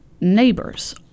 neighbors